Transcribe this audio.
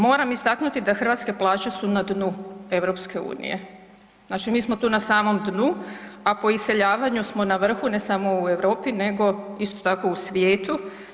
Moram istaknuti da hrvatske plaće su na dnu EU, znači mi smo tu na samom dnu, a po iseljavanju smo na vrhu, ne samo u Europi nego isto tako u svijetu.